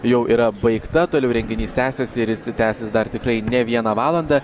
jau yra baigta toliau renginys tęsiasi ir jis tęsis dar tikrai ne vieną valandą